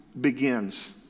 begins